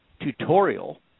tutorial